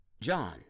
John